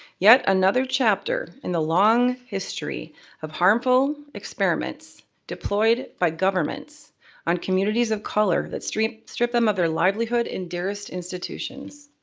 yet another chapter in the long history of harmful experiments deployed by governments on communities of color that strip strip them of their livelihood in dearest institutions.